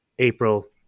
April